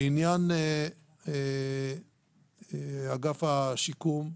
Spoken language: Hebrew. לעניין אגף השיקום,